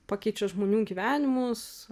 pakeičia žmonių gyvenimus